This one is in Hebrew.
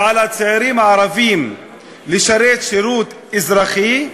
שעל הצעירים הערבים לשרת שירות אזרחי,